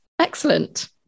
excellent